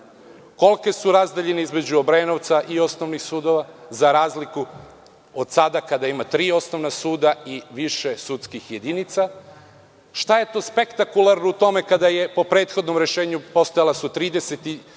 kolike su razdaljine između Obrenovca i osnovnih sudova, za razliku od sada kada ima tri osnovna suda i više sudskih jedinica. Šta je to spektakularno u tome kada je po prethodnom rešenju postojala 34